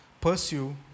pursue